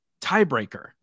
tiebreaker